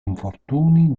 infortuni